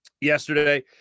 yesterday